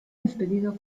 despedido